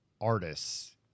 artists